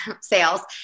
sales